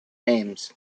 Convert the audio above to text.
names